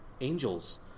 angels